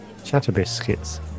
Chatterbiscuits